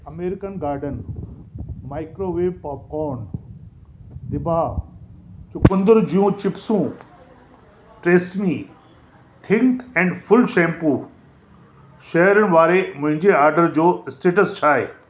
American Garden microwave popcorn दिभा चुकंदर जूं चिप्सूं TRESemmé thick and full shampoo शइर वारे मुंहिंजे आडर जो स्टेटस छा आहे